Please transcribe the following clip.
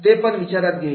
ते पण विचारात घेईल